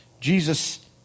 Jesus